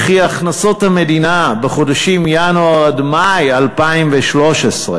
וכי הכנסות המדינה בחודשים ינואר עד מאי 2013,